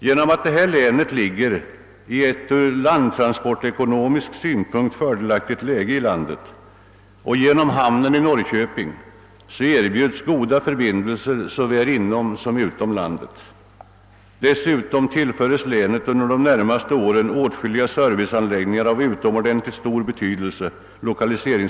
Genom att detta län har ett ur landtransportekonomisk synpunkt fördelaktigt läge i landet och genom hamnen i Norrköping erbjuds goda förbindelser såväl till övriga Sverige som till utlandet. Dessutom tillföres länet under de närmaste åren åtskilliga serviceanläggningar av utomordentligt stor betydelse 1okaliseringspolitiskt sett.